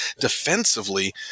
Defensively